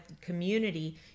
community